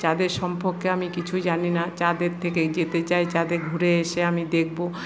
চাঁদের সম্পর্কে আমি কিছুই জানি না চাঁদের থেকে যেতে চাই চাঁদে ঘুরে এসে আমি দেখবো